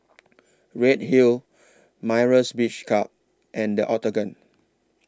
Redhill Myra's Beach Club and The Octagon